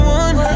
one